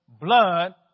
blood